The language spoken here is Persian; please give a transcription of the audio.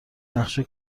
نقشه